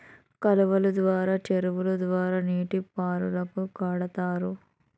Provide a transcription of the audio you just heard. కాలువలు ద్వారా చెరువుల ద్వారా నీటిని పొలాలకు కడతారు